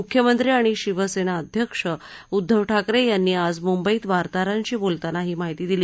मुख्यमंत्री आणि शिवसेना अध्यक्ष उद्वव ठाकरे यांनी आज मुंबईत वार्ताहरांशी बोलताना ही माहिती दिली